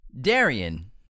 Darian